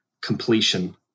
completion